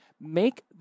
Make